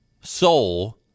soul